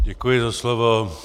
Děkuji za slovo.